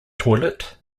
toilet